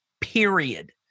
period